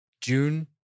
June